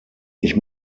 ich